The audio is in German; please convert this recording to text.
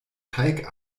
teig